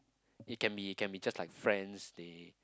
it can be it can be just like friends they